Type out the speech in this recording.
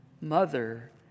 mother